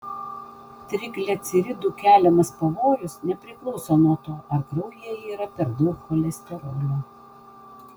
trigliceridų keliamas pavojus nepriklauso nuo to ar kraujyje yra per daug cholesterolio